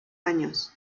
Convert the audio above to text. años